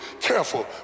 careful